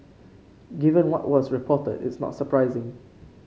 given what was reported it's not surprising